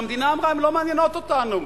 שהמדינה אמרה: הן לא מעניינות אותנו,